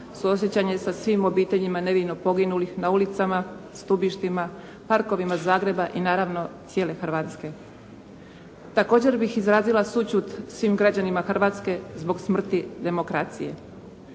suosjećanje sa svim obiteljima nevino poginulih na ulicama, stubištima, parkovima Zagreba i naravno cijele Hrvatske. Također bih izrazila sućut svim građanima Hrvatske zbog smrti demokracije.